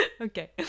Okay